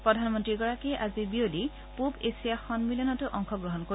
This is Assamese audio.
প্ৰধানমন্ত্ৰী গৰাকীয়ে আজি বিয়লি পূব এছীয়া সমিলনতো অংশগ্ৰহণ কৰিব